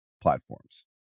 platforms